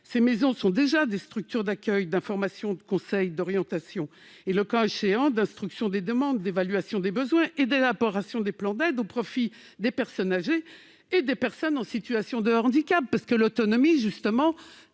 qui sont déjà des structures d'accueil, d'information, de conseil, d'orientation et, le cas échéant, d'évaluation des besoins, d'instruction des demandes et d'élaboration des plans d'aide au profit des personnes âgées et des personnes en situation de handicap ; la notion d'autonomie fera